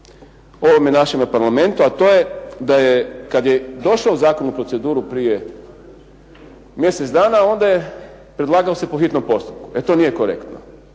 ovome našem Parlamentu, a to je da je kad je došao zakon u proceduru prije mjesec dana, onda je predlagao se po hitnom postupku. E to nije korektno.